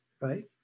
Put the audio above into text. right